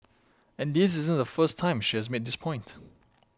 and this isn't the first time she has made this point